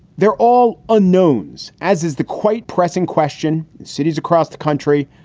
they're all unknowns, as is the quite pressing question. cities across the country.